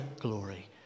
glory